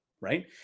right